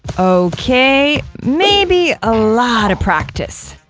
okay, maybe a lot of practice,